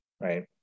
right